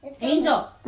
Angel